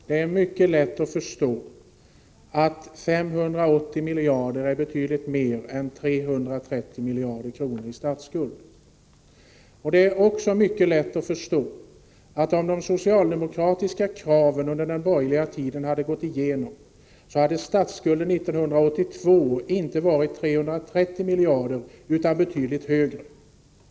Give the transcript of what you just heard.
Herr talman! Det är, Bo Södersten, mycket lätt att förstå att 580 miljarder är betydligt mer än 330 miljarder i statsskuld. Det är också mycket lätt att förstå att om de socialdemokratiska kraven under den borgerliga tiden hade gått igenom, hade statsskulden 1982 inte varit 330 miljarder utan betydligt större.